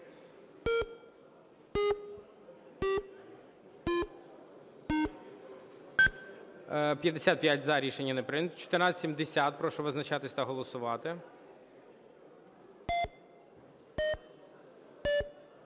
За-56 Рішення не прийнято. 1470. Прошу визначатись та голосувати.